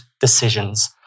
decisions